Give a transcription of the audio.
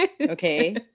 okay